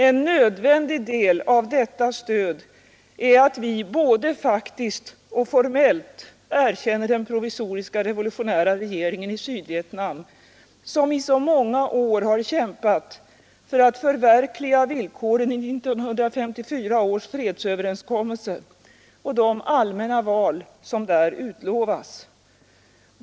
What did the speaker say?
En nödvändig del av detta stöd är att vi både faktiskt och formellt erkänner den provisoriska revolutionära regeringen i Sydvietnam, som i så många år har kämpat för att förverkliga villkoren i 1954 års fredsöverenskommelse och de allmänna val som där utlovas.